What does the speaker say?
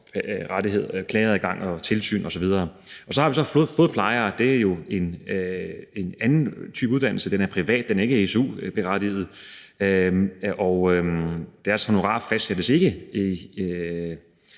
og klageadgang og tilsyn osv. Og så har vi fodplejere, og det er jo en anden type uddannelse. Den er privat, den er ikke su-berettiget, og deres honorarer fastsættes ikke i